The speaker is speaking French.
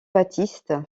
baptiste